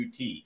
UT